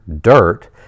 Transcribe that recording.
dirt